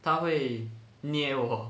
他会捏我